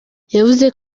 yavuze